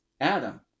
Adam